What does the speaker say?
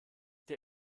der